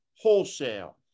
wholesale